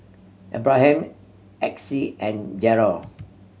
Abraham Exie and Jerrel